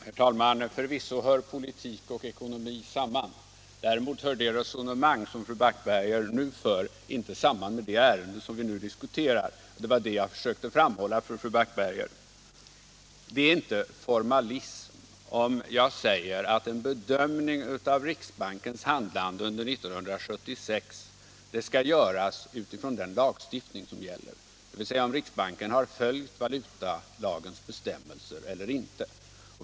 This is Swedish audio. Herr talman! Förvisso hör politik och ekonomi samman. Däremot hör det resonemang som fru Backberger nu för inte samman med det ärende som vi diskuterar. Det var det jag försökte framhålla för fru Backberger. Det är inte formalism när jag säger att en bedömning av riksbankens handlande under 1976 skall göras utifrån den lagstiftning som gäller, dvs. om riksbanken har följt valutalagens bestämmelser eller inte.